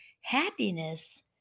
happiness